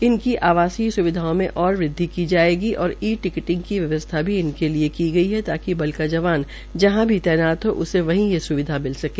इनकी आवासीय स्विधाओं मे और वृद्वि की जायेगी और ई टिकटिंग की व्यसवथा भी इनके लिये की गई है ताकि बल के जवान जहां भी तैनात हो उसे हवी सुविधा मिले